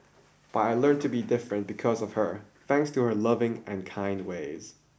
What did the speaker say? but I learnt to be different because of her thanks to her loving and kind ways